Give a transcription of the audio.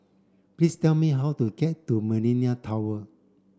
please tell me how to get to Millenia Tower